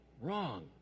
wrong